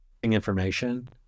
information